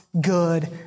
good